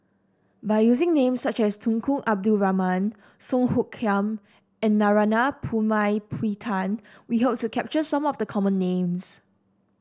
by using names such as Tunku Abdul Rahman Song Hoot Kiam and Narana Putumaippittan we hope to capture some of the common names